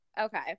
Okay